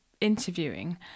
interviewing